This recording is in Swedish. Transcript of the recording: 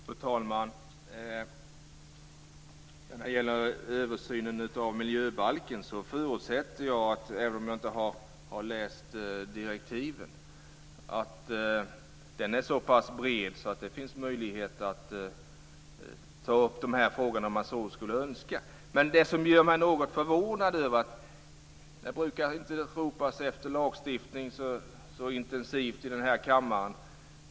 Fru talman! När det gäller översynen av miljöbalken förutsätter jag, även om jag inte har läst direktiven, att den är så pass bred att det finns möjlighet att ta upp de här frågorna om man så skulle önska. Det som gör mig något förvånad är att det inte brukar ropas efter lagstiftning särskilt intensivt i den här kammaren.